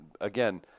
again